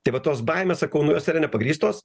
tai va tos baimės sakau nu jos yra nepagrįstos